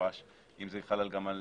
במפורש אם זה חל גם על